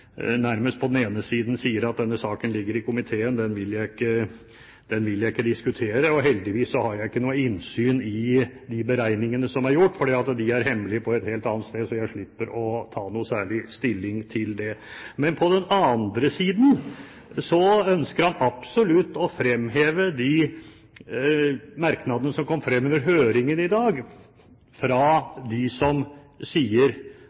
nærmest, på den ene siden, at denne saken ligger i komiteen, den vil jeg ikke diskutere, og heldigvis har jeg ikke noe innsyn i de beregningene som er gjort, for de er hemmelige, på et helt annet sted, så jeg slipper å ta noe særlig stilling til det. På den andre siden ønsker han absolutt å fremheve de merknadene som kom frem under høringen i dag fra dem som sier